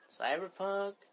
cyberpunk